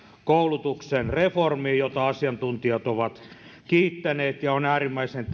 koulutuksen reformi jota asiantuntijat ovat kiittäneet on äärimmäisen